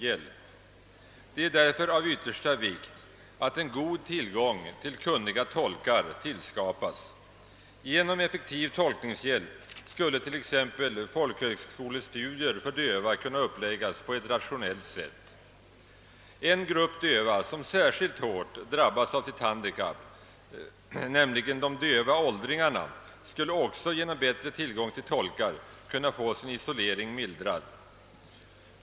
Därför är det av yttersta vikt att det finns god tillgång till kunniga tolkar. Genom effektiv tolkningshjälp skulle t.ex. folkhögskolestudier för döva kunna läggas upp på ett rationellt sätt. En grupp döva som särskilt hårt drabbas av sitt handikapp, nämligen de döva åldringarna, skulle också genom bättre tillgång till tolkar kunna få sin isolering mildrad.